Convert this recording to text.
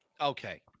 Okay